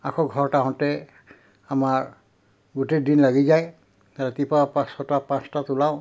আকৌ ঘৰত আহোঁতে আমাৰ গোটেই দিন লাগি যায় ৰাতিপুৱা পৰা ছয়টা পাঁচটাত ওলাওঁ